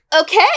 Okay